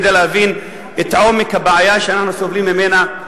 כדי להבין את עומק הבעיה שאנחנו סובלים ממנה,